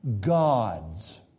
gods